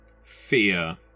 fear